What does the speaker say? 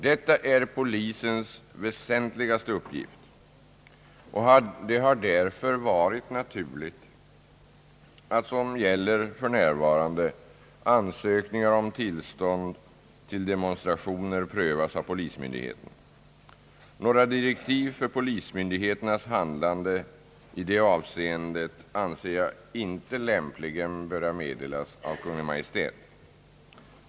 Detta är polisens väsentligaste uppgift, och det har därför varit naturligt att såsom gäller f. n. ansökningar om tillstånd till demonstrationer prövas av polismyndigheten. Några direktiv för polismyndigheternas handlande i detta avseende anser jag lämpligen inte böra meddelas av Kungl. Maj:t.